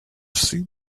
seen